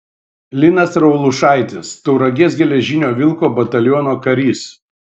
linas raulušaitis tauragės geležinio vilko bataliono karys